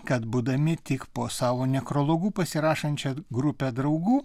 kad būdami tik po savo nekrologu pasirašančia grupe draugų